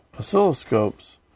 oscilloscopes